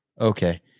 Okay